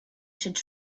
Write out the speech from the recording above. should